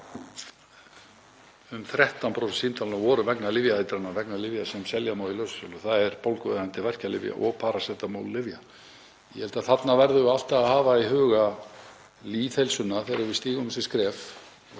að um 13% símtala voru vegna lyfjaeitrunar vegna lyfja sem selja má í lausasölu, þ.e. bólgueyðandi verkjalyfja og parasetamóllyfja. Ég held að þarna verðum við alltaf að hafa í huga lýðheilsuna þegar við stígum þessi skref